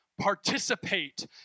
Participate